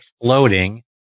exploding